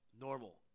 Normal